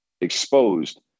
exposed